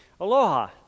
Aloha